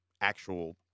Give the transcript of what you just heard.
actual